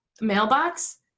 mailbox